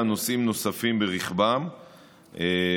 נוספת לחבר הכנסת אורי מקלב,